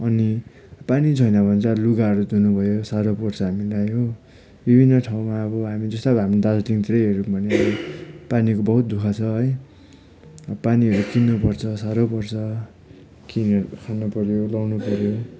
अनि पानी छैन भने चाहिँ अब लुगाहरू धुनुभयो साह्रो पर्छ हामीलाई हो विभिन्न ठाउँमा अब हामी जसैलाई हामी दार्जिलिङतिरै हेर्यौँ भने पानीको बहुत दुःख छ है अब पानीहरू किन्नुपर्छ साह्रो पर्छ किनेर खानुपर्यो लगाउनुपर्यो